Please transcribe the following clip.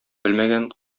белмәгән